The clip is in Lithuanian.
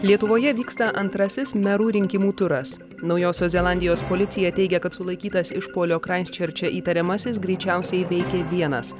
lietuvoje vyksta antrasis merų rinkimų turas naujosios zelandijos policija teigia kad sulaikytas išpuolio kraisčerče įtariamasis greičiausiai veikė vienas